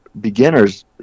beginners